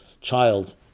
child